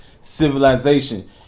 civilization